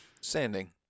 sanding